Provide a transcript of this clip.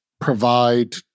provide